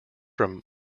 from